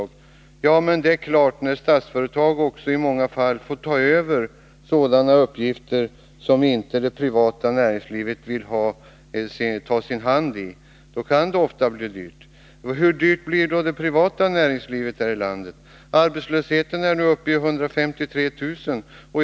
Ja, det är klart att det ofta kan bli dyrt när Statsföretag i många fall får ta över sådana uppgifter som inte det privata näringslivet vill lägga sin hand vid. Hur dyrt blir då det privata näringslivet här i landet? Arbetslösheten uppgår nu till 153 000 personer.